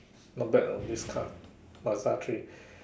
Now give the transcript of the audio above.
not bad know this car Mazda three